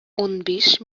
унбиш